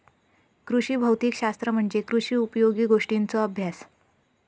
कृषी भौतिक शास्त्र म्हणजे कृषी उपयोगी गोष्टींचों अभ्यास